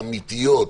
האמיתיות.